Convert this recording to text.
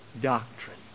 doctrine